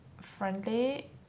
friendly